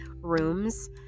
rooms